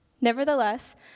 Nevertheless